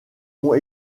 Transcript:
ont